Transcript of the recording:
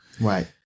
Right